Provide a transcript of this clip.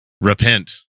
repent